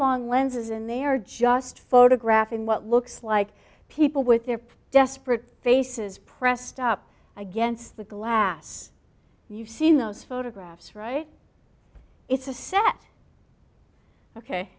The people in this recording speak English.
long lenses and they are just photographing what looks like people with their desperate faces pressed up against the glass you've seen those photographs right it's a set ok